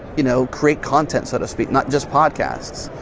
you know, create content, so to speak. not just podcasts.